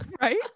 right